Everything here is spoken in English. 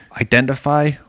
identify